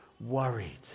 worried